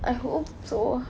I hope so